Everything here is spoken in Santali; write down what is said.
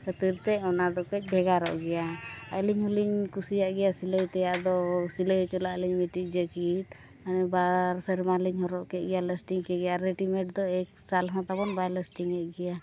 ᱠᱷᱟᱹᱛᱤᱨ ᱛᱮ ᱚᱱᱟ ᱫᱚ ᱠᱟᱹᱡ ᱵᱷᱮᱜᱟᱨᱚᱜ ᱜᱮᱭᱟ ᱟᱹᱞᱤᱧ ᱦᱚᱞᱤᱧ ᱠᱩᱥᱤᱭᱟᱜ ᱜᱮᱭᱟ ᱥᱤᱞᱟᱹᱭ ᱛᱮᱭᱟᱜ ᱫᱚ ᱥᱤᱞᱟᱹᱭ ᱦᱚᱪᱚ ᱞᱟᱜᱼᱟ ᱞᱤᱧ ᱢᱤᱫᱴᱤᱱ ᱡᱮᱠᱤ ᱵᱟᱨ ᱥᱮᱨᱢᱟ ᱞᱤᱧ ᱦᱚᱨᱚᱜ ᱠᱮᱫ ᱜᱮᱭᱟ ᱞᱟᱥᱴᱤᱝ ᱠᱮᱫ ᱜᱮᱭᱟᱭ ᱦᱚᱨᱚᱜ ᱠᱮᱫ ᱜᱮᱭᱟᱞᱤᱧ ᱟᱨ ᱨᱮᱰᱤᱢᱮᱰ ᱫᱚ ᱮᱠ ᱥᱟᱞ ᱦᱚᱸ ᱛᱟᱵᱚᱱ ᱵᱟᱭ ᱞᱟᱥᱴᱤᱝ ᱮᱫ ᱜᱮᱭᱟ